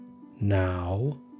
Now